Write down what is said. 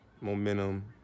momentum